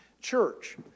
Church